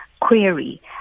query